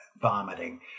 vomiting